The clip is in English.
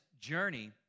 journey